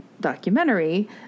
documentary